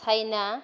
China